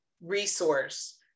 resource